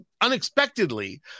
unexpectedly